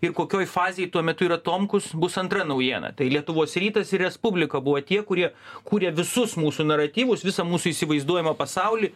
ir kokioj fazėj tuo metu yra tomkus bus antra naujiena tai lietuvos rytas ir respublika buvo tie kurie kūrė visus mūsų naratyvus visų mūsų įsivaizduojamą pasaulį